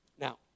Now